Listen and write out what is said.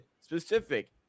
specific